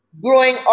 growing